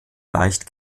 leicht